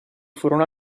furono